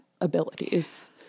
abilities